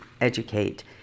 educate